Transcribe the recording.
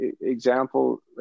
example